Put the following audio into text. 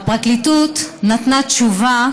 הפרקליטות נתנה תשובה